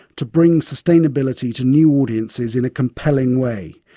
to bring sustainability to new audiences in a compelling way.